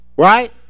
Right